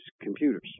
computers